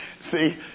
See